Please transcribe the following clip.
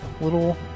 little